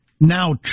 Now